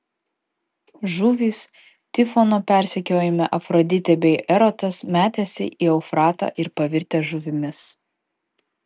žuvys tifono persekiojami afroditė bei erotas metęsi į eufratą ir pavirtę žuvimis